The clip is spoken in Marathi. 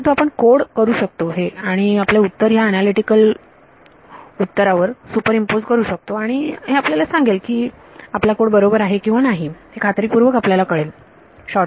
परंतु आपण कोड करू शकतो हे आणि आपले उत्तर ह्या अनलिटिकल उत्तरावर सुपरइंपोज करू शकता आणि आणि हे आपल्याला सांगेल की आपला कोड बरोबर आहे किंवा नाही हे खात्रीपूर्वक आपल्याला कळेल छोटा मार्ग